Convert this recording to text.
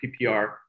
PPR